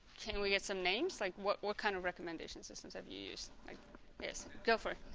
can we get some names like what what kind of recommendation systems have you used yes go for